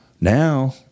Now